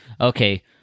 Okay